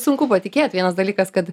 sunku patikėt vienas dalykas kad